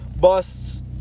Busts